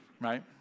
right